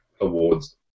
awards